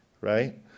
right